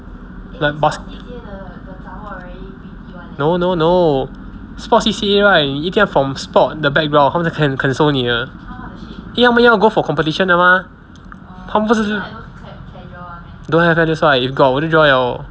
must no no no sport C_C_A right 你一定要 from sport 的 background 他们才肯收你的因为他们要 go for competition 的 mah 他们不是 don't have leh that's why if got 我就 join liao